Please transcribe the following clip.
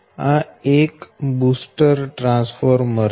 આ એક booster transformer છે